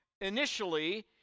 initially